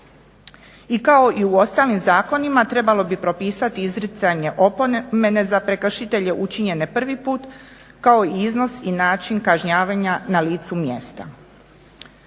I kao i u ostalim zakonima trebalo bi propisati izricanje opomene za prekršitelje učinjene prvi put, kao i iznos i način kažnjavanja na licu mjesta,